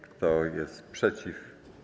Kto jest przeciw?